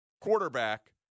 quarterback